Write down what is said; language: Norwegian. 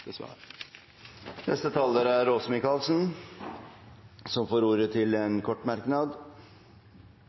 Åse Michaelsen har hatt ordet to ganger tidligere og får ordet til en kort merknad,